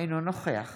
אינו נוכח